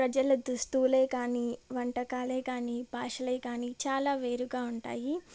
ప్రజల దుస్తువులే కానీ వంటకాలే కానీ భాషలే కానీ చాలా వేరుగా ఉంటాయి